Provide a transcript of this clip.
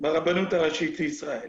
ברבנות הראשית לישראל.